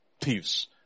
thieves